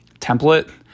template